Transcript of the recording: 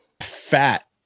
fat